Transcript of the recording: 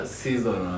season